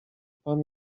pan